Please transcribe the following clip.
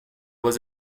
was